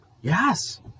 Yes